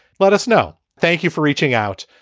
let us know. thank you for reaching out.